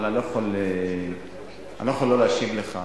אבל אני לא יכול לא להשיב לך,